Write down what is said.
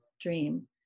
dream